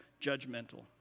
judgmental